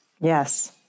Yes